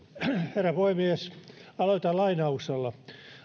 herra puhemies aloitan lainauksella